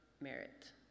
merit